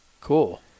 Cool